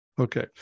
Okay